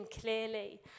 clearly